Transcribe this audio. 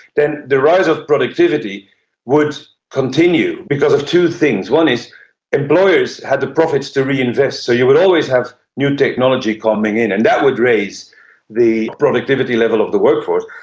then the rise of productivity would continue because of two things. one is employers had the profits to reinvest, so you would always have new technology coming in and that would raise the productivity level of the workforce.